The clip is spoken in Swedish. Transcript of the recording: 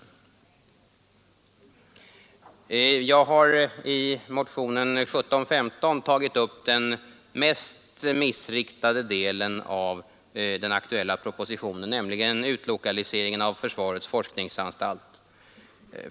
Jag har i motionen 1715 tagit upp den mest missriktade delen av den aktuella propositionen, nämligen utlokaliseringen av försvarets forskningsanstalt.